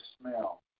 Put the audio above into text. smell